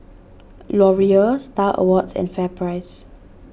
Laurier Star Awards and FairPrice